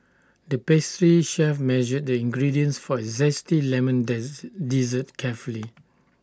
the pastry chef measured the ingredients for A Zesty Lemon death dessert carefully